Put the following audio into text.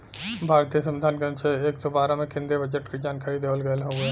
भारतीय संविधान के अनुच्छेद एक सौ बारह में केन्द्रीय बजट के जानकारी देवल गयल हउवे